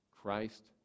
Christ